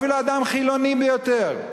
אפילו אדם חילוני ביותר,